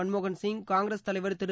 மன்மோகன் சிங் காங்கிரஸ் தலைவர் திரு